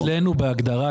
אצלנו בהגדרה,